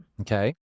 Okay